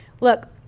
Look